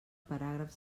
paràgraf